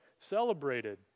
celebrated